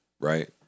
right